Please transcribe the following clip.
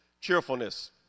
cheerfulness